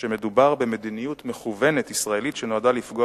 שמדובר במדיניות מכוונת ישראלית שנועדה לפגוע